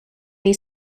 they